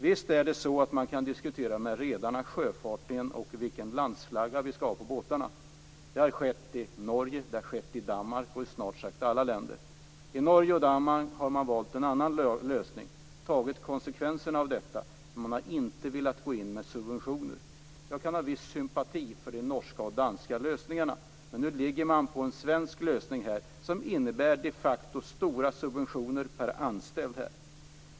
Visst kan man diskutera med redarna om sjöfarten och vilken landsflagga vi skall ha på båtarna. Det har skett i Norge och Danmark och i snart sagt alla länder. I Norge och Danmark har man valt en annan lösning och tagit konsekvenserna av detta. Man har inte velat gå in med subventioner. Jag kan känna viss sympati för de norska och danska lösningarna. Men den svenska lösningen innebär de facto stora subventioner per anställd.